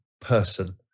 person